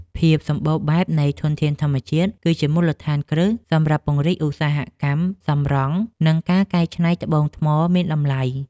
ភាពសម្បូរបែបនៃធនធានធម្មជាតិគឺជាមូលដ្ឋានគ្រឹះសម្រាប់ពង្រីកឧស្សាហកម្មសម្រង់ និងការកែច្នៃត្បូងថ្មមានតម្លៃ។